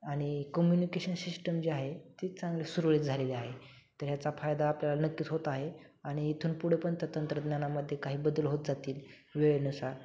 आणि communication system जे आहे ती चांगले सुरळीत झालेली आहे तर ह्याचा फायदा आपल्याला नक्कीच होत आहे आणि इथून पुढे पण त्या तंत्रज्ञानामध्ये काही बदल होत जातील वेळेनुसार तर